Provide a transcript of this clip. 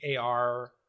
AR